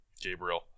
Gabriel